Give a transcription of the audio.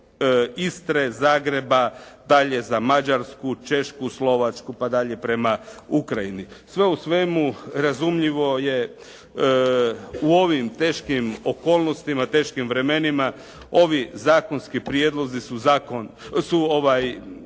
Istre, Zagreba, dalje za Mađarsku, Češku, Slovačku pa dalje prema Ukrajini. Sve u svemu razumljivo je u ovim teškim okolnostima, teškim vremenima ovi zakonski prijedlozi su kako se kaže,